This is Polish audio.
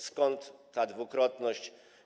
Skąd ta dwukrotność?